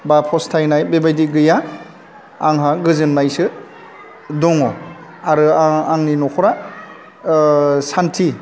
बा फस्थायनाय बेबायदि गैया आंहा गोजोननायसो दङ आरो आं आंनि न'खरा सान्थि